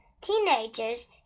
teenagers